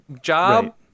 job